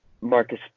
Marcus